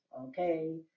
okay